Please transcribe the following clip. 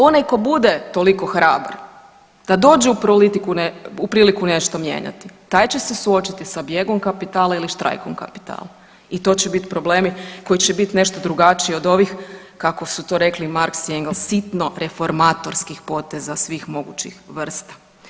Onaj tko bude toliko hrabar da dođe u priliku nešto mijenjati taj će se suočiti sa bijegom kapitala ili štrajkom kapitala i to će biti problemi koji će biti nešto drugačiji od ovih kako su to rekli Marx i Engels sitno reformatorskih poteza svih mogućih vrsta.